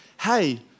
Hey